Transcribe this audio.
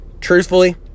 Truthfully